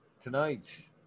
tonight